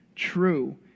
true